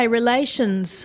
relations